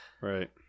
right